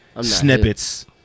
snippets